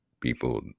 people